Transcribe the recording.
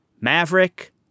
Maverick